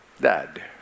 Dad